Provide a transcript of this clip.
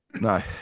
No